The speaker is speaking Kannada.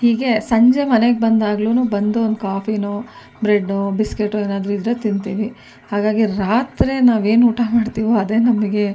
ಹೀಗೆ ಸಂಜೆ ಮನೆಗೆ ಬಂದಾಗ್ಲೂ ಬಂದು ಒಂದು ಕಾಫಿಯೋ ಬ್ರೆಡ್ಡೋ ಬಿಸ್ಕೆಟು ಏನಾದ್ರೂ ಇದ್ದರೆ ತಿಂತೀವಿ ಹಾಗಾಗಿ ರಾತ್ರಿ ನಾವೇನು ಊಟ ಮಾಡ್ತೀವೋ ಅದೇ ನಮಗೆ